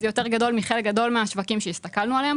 שזה סכום יותר גדול מחלק גדול מהשווקים עליהם הסתכלנו.